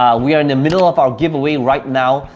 um we are in the middle of our giveaway right now,